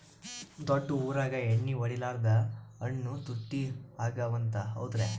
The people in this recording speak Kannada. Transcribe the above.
ದೊಡ್ಡ ಊರಾಗ ಎಣ್ಣಿ ಹೊಡಿಲಾರ್ದ ಹಣ್ಣು ತುಟ್ಟಿ ಅಗವ ಅಂತ, ಹೌದ್ರ್ಯಾ?